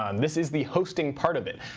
um this is the hosting part of it.